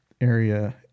area